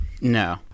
No